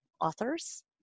authors